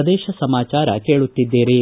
ಪ್ರದೇಶ ಸಮಾಚಾರ ಕೇಳುತ್ತಿದ್ದೀರಿ